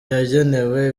yagenewe